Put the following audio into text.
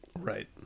Right